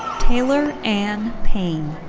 taylor anne payne.